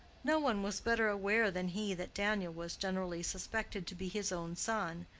no one was better aware than he that daniel was generally suspected to be his own son.